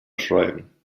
schreiben